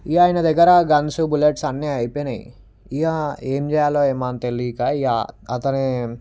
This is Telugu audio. ఇగ ఆయన దగ్గర గన్స్ బుల్లెట్స్ అన్నీ అయిపోయినాయి ఇక ఏం చేయాలో ఏమో తెలియక ఇక అతని